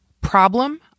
problem